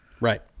Right